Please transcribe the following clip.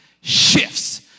shifts